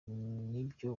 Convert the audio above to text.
nibyo